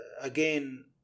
Again